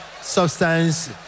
substance